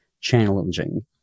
challenging